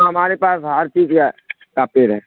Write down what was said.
ہاں ہمارے پاس ہر چیز کا کا پیڑ ہے